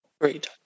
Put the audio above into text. Agreed